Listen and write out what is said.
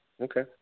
Okay